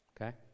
Okay